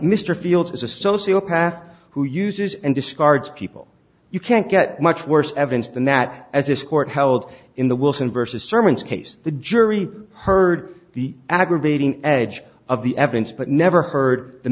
mr fields is a sociopath who uses and discards people you can't get much worse evidence than that as this court held in the wilson vs sermon's case the jury heard the aggravating edge of the evidence but never heard the